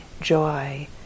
joy